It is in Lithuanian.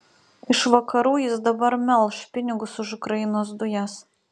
iš vakarų jis dabar melš pinigus už ukrainos dujas